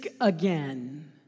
again